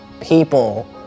people